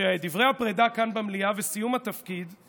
שדברי הפרידה כאן במליאה וסיום התפקיד הם